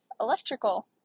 electrical